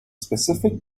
specific